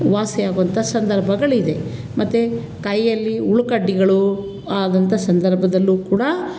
ವಾಸಿಯಾಗುವಂಥ ಸಂದರ್ಭಗಳಿದೆ ಮತ್ತು ಕೈಯ್ಯಲ್ಲಿ ಹುಳುಕಡ್ಡಿಗಳು ಆದಂಥ ಸಂದರ್ಭದಲ್ಲೂ ಕೂಡ